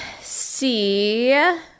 see